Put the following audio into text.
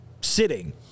sitting